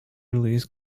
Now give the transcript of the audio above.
released